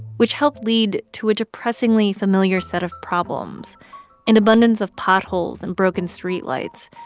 which helped lead to a depressingly familiar set of problems an abundance of potholes and broken streetlights,